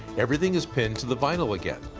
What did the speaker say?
everything is pinned to the vinyl again,